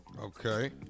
Okay